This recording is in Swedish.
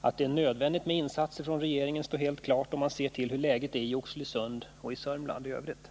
Att det är nödvändigt med insatser från regeringen står helt klart om man ser till hur läget är i Oxelösund och i Sörmland i övrigt.